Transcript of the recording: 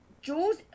Jules